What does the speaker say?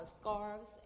scarves